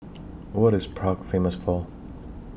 What IS Prague Famous For